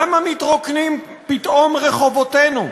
"למה מתרוקנים פתאום רחובותינו,